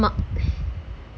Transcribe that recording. ஆமா:aamaa